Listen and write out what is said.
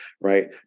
right